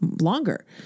longer